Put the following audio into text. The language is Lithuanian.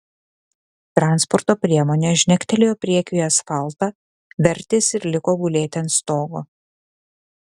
transporto priemonė žnektelėjo priekiu į asfaltą vertėsi ir liko gulėti ant stogo